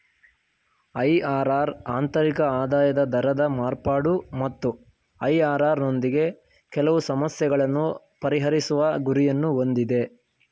IRR ಆಂತರಿಕ ಆದಾಯದ ದರದ ಮಾರ್ಪಾಡು ಮತ್ತು ಐ.ಆರ್.ಆರ್ ನೊಂದಿಗೆ ಕೆಲವು ಸಮಸ್ಯೆಗಳನ್ನು ಪರಿಹರಿಸುವ ಗುರಿಯನ್ನು ಹೊಂದಿದೆ